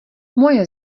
moje